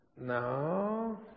No